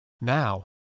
Now